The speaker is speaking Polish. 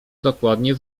dokładnie